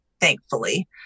thankfully